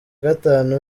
gatanu